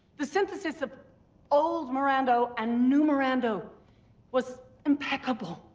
the synthesis of old mirando, and new mirando was impeccable.